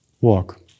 walk